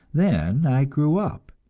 then i grew up,